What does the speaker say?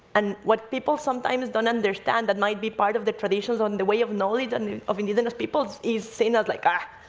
and what people sometimes don't understand that might be part of the traditions on the way of knowledge of indigenous people is seen as like ah,